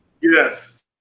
Yes